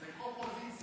זו קו-פוזיציה.